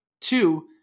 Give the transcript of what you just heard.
Two